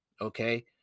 okay